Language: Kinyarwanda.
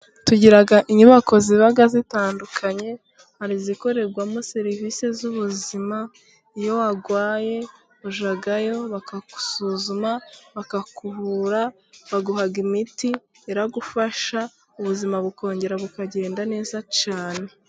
Tugira inyubako ziba zitandukanye, hari izikorerwamo serivisi z'ubuzima, iyo warwaye ujyayo bakagusuzuma ,bakakuvura, baguha imiti iragufasha ubuzima bukongera bukagenda neza cyane.